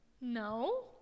No